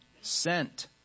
sent